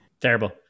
Terrible